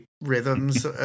rhythms